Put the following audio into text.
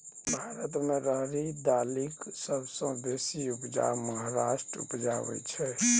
भारत मे राहरि दालिक सबसँ बेसी उपजा महाराष्ट्र उपजाबै छै